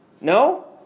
No